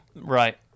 Right